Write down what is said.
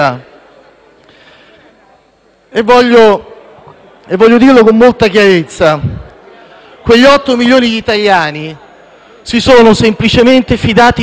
Voglio dirlo con molta chiarezza. Quegli 8 milioni di italiani si sono semplicemente fidati di voi